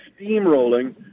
steamrolling